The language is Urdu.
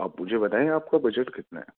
آپ مجھے بتائیں آپ کا بجٹ کتنا ہے